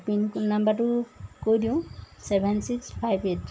pin নম্বৰটো কৈ দিওঁ ছেভেন ছিক্স ফাইভ এইট